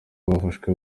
abafashwe